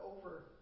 over